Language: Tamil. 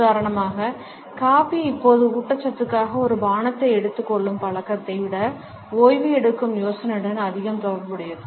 உதாரணமாக காபி இப்போது ஊட்டச்சத்துக்காக ஒரு பானத்தை எடுத்துக் கொள்ளும் பழக்கத்தை விட ஓய்வு எடுக்கும் யோசனையுடன் அதிகம் தொடர்புடையது